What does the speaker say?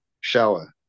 shower